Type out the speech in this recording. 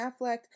Affleck